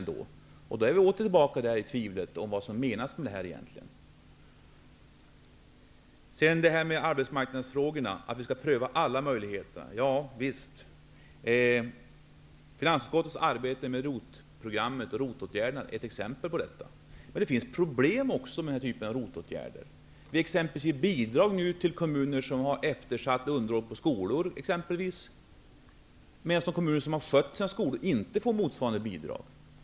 I så fall uppstår återigen ett tvivel om vad som egentligen menas. bNaturligtvis skall vi pröva alla möjligheter när det gäller arbetsmarknadsfrågorna. Finansutskottets arbete med ROT-programmet är ett exempel på detta. Men det finns också problem med den här typen av ROT-åtgärder. Nu ges exempelvis bidrag till kommuner med eftersatt underhåll av skolor, medan de kommuner som skött sina skolor inte får motsvarande bidrag.